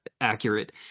accurate